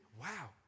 Wow